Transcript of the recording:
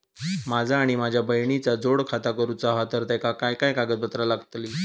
माझा आणि माझ्या बहिणीचा जोड खाता करूचा हा तर तेका काय काय कागदपत्र लागतली?